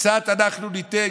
קצת אנחנו ניתן,